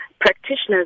practitioners